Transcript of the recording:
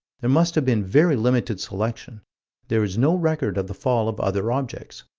there must have been very limited selection there is no record of the fall of other objects.